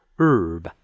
Herb